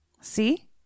see